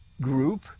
group